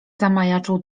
zamajaczył